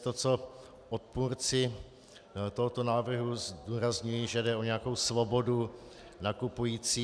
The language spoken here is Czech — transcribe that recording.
To, co odpůrci tohoto návrhu zdůrazňují, že jde o nějakou svobodu nakupujících.